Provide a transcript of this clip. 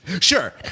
Sure